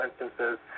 instances